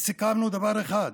וסיכמנו דבר אחד: